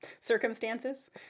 circumstances